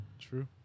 True